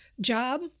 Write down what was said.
job